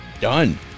done